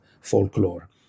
folklore